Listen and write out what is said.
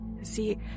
See